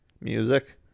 music